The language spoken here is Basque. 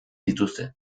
dituzte